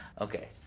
Okay